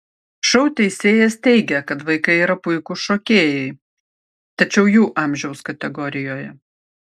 šou teisėjas teigė kad vaikai yra puikūs šokėjai tačiau jų amžiaus kategorijoje